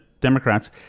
Democrats